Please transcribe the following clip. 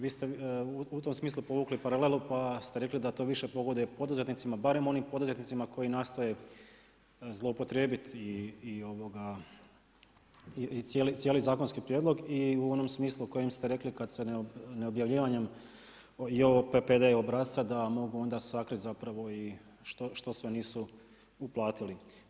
Vi ste u tom smislu povukli paralelu pa ste rekli da to više pogoduje poduzetnicima, barem onim poduzetnicima koji nastoje zloupotrijebiti i cijeli zakonski prijedlog i u onom smislu u kojem ste rekli kada se neobjavljivanjem JOPPD obrasca da mogu onda sakriti što sve nisu uplatili.